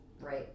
right